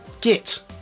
Git